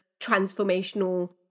transformational